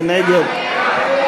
מי נגד?